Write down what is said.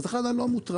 אז לכן אני לא מוטרד.